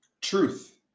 truth